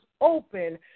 open